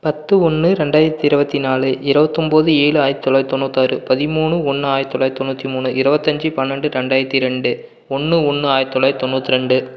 பத்து ஒன்று ரெண்டாயிரத்தி இருபத்தி நாலு இருபத்தொம்போது ஏழு ஆயிரத் தொளாயிரத் தொண்ணூத்தாறு பதிமூணு ஒன்று ஆயிரத் தொளாயிரத் தொண்ணூத்தி மூணு இருபத்தஞ்சி பன்னெண்டு ரெண்டாயித்தி ரெண்டு ஒன்று ஒன்று ஆயிரத் தொள்ளாயிரத் தொண்ணூற்றி ரெண்டு